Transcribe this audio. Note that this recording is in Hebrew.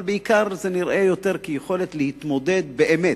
אבל בעיקר זה נראה יותר כיכולת, להתמודד באמת,